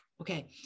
okay